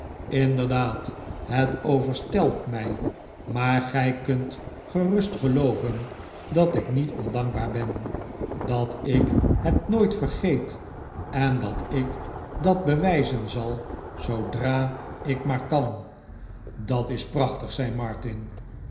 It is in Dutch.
inderdaad het overstelpt mij maar gij kunt gerust gelooven dat ik niet ondankbaar ben dat ik het nooit vergeet en dat ik dat bewijzen zal zoodra ik maar kan dat is prachtig zei martin